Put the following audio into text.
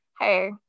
hey